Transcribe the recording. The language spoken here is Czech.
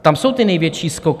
Tam jsou ty největší skoky.